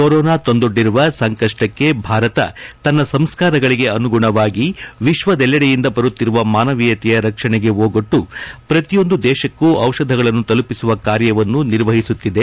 corona ತಂದೊಡ್ಡಿರುವ ಸಂಕಪ್ಪಕ್ಕೆ ಭಾರತ ತನ್ನ ಸಂಸ್ಕಾರಗಳಿಗೆ ಅನುಗುಣವಾಗಿ ವಿಶ್ವದಲ್ಲಡೆಯಿಂದ ಬರುತ್ತಿರುವ ಮಾನವೀಯತೆಯ ರಕ್ಷಣೆಗೆ ಓಗೊಟ್ಟು ಪ್ರತಿಯೊಂದು ದೇಶಕ್ಕೂ ದಿಷಧಗಳನ್ನು ತಲುಪಿಸುವ ಕಾರ್ಯವನ್ನು ನಿರ್ವಹಿಸುತ್ತಿದೆ